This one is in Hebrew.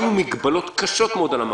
שמנו מגבלות קשות מאוד על המערכת,